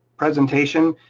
presentation.